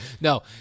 No